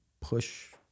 push